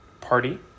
party